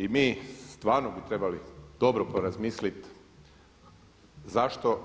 I mi stvarno bi trebali dobro porazmisliti zašto